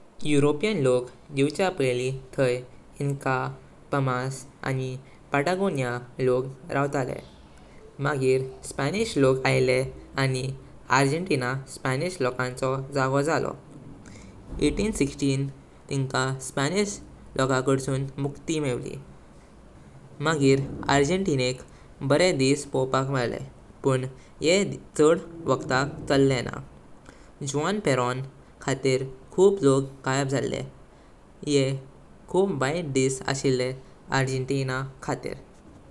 European लोक येवचा पैलि, थाई इन्का, पाम्पास आनी पटागोनिया लोक रावटले। मगिर स्पॅनिश लोक आले आनी अर्जेन्टिना स्पॅनिश लोकांचो जावो झालो। आठरा सोळा तिंका स्पॅनिश लोकलाड्सून मुक्ती मेवली। मगिर अर्जेन्तिनाक बरे दिस पवप्क मेवले, पण येह चड वग्ताक चाले ना। जुआन परॉन खातीर खूप लोक गायब झाले, येह खूप वाईत दिस आशिले अर्जेन्टिना खातीर।